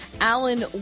Alan